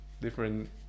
different